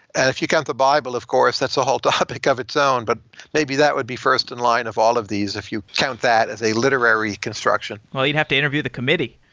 and if you count the bible of course, that's a whole topic of its own. but maybe that would be first in line of all of these if you count that as a literary construction. well, you'd have to interview the committee.